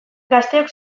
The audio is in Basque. gazteok